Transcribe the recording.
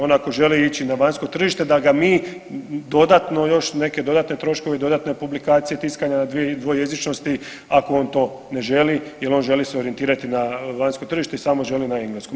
On ako želi na vanjsko tržište da ga mi dodatno još, neke dodatne troškove i dodatne publikacije tiskanja dvojezičnosti ako on to ne želi jer on želi se orijentirati na vanjsko tržište i samo želi na engleskom.